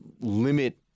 limit